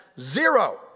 zero